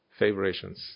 favorations